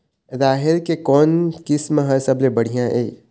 राहेर के कोन किस्म हर सबले बढ़िया ये?